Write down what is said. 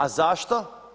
A zašto?